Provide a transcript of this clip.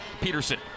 Peterson